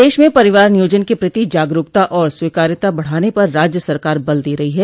प्रदेश में परिवार नियोजन के प्रति जागरूकता और स्वीकार्यता बढ़ाने पर राज्य सरकार बल दे रही है